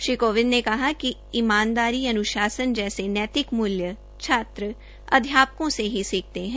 श्री कोविंद ने कहा कि ईमानदारी अन्शासन जैसे नैतिक मूल्य छात्र अध्यापकों से ही सीखते है